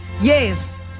Yes